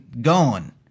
gone